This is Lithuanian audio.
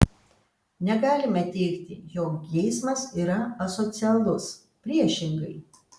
negalime teigti jog geismas yra asocialus priešingai